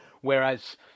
Whereas